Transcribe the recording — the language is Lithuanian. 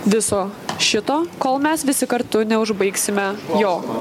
viso šito kol mes visi kartu neužbaigsime jo